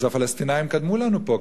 אז הפלסטינים קדמו לנו פה,